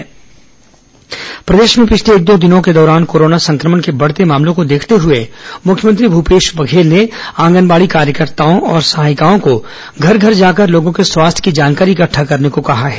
corona anganwadi कार्यकर्ता प्रदेश में पिछले एक दो दिनों के दौरान कोरोना संक्रमण के बढ़ते मामलों को देखते हुए मुख्यमंत्री भूपेश बघेल ने आंगनबाडी कार्यकर्ताओं और सहायिकाओं को घर घर जाकर लोगों के स्वास्थ्य की जानकारी इकटठा करने को कहा है